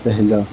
پہلا